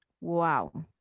Wow